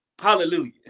Hallelujah